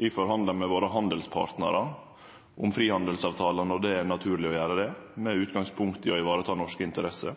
Vi forhandlar med handelspartnarane våre om frihandelsavtalar når det er naturleg å gjere det, med utgangspunkt i å vareta norske interesser.